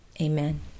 Amen